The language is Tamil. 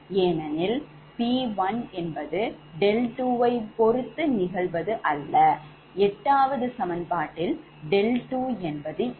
ஏனெனில் P1என்பது ɗ2 ஐ பொருத்து நிகழ்வது அல்ல 8 சமன்பாடுல் 𝛿2 இல்லை